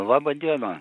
laba diena